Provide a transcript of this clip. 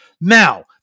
Now